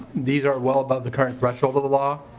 these are well above the current threshold of the law.